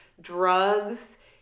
drugs